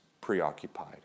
preoccupied